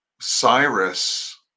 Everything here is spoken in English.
Cyrus